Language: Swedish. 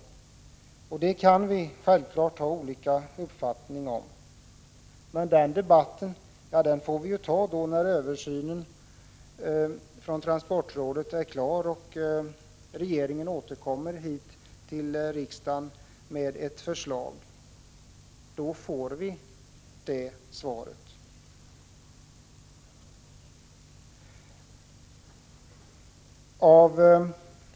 Självfallet kan vi ha olika uppfattningar om detta, men debatten om det får vi föra när transportrådets översyn är klar och regeringen återkommer till riksdagen med ett förslag.